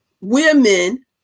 women